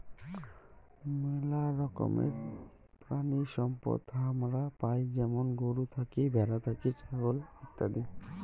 মেলা রকমের প্রাণিসম্পদ হামারা পাই যেমন গরু থাকি, ভ্যাড়া থাকি, ছাগল ইত্যাদি